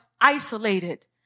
isolated